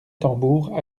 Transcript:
tambour